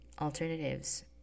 alternatives